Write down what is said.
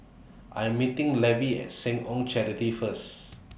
I'm meeting Levie At Seh Ong Charity First